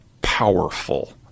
powerful